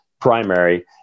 primary